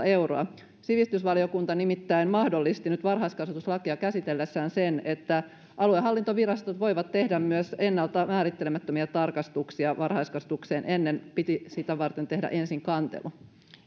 euroa sivistysvaliokunta nimittäin mahdollisti nyt varhaiskasvatuslakia käsitellessään sen että aluehallintovirastot voivat tehdä myös ennalta määrittelemättömiä tarkastuksia varhaiskasvatukseen ennen piti sitä varten tehdä ensin kantelu